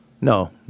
No